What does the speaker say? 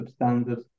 substandard